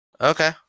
Okay